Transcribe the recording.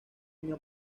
año